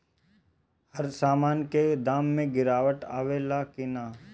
हर सामन के दाम मे गीरावट आवेला कि न?